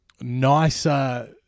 nicer